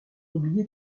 oublier